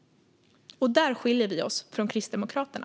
Där skiljer vi oss från Kristdemokraterna.